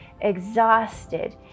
exhausted